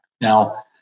Now